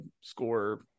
score